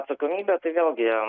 atsakomybė tai vėlgi